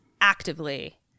actively